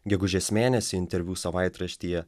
gegužės mėnesį interviu savaitraštyje